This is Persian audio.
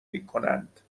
میکنند